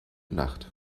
nacht